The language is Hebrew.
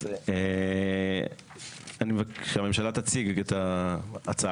אז אני מבקש שהממשלה תציג את ההצעה,